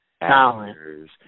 actors